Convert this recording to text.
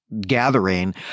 Gathering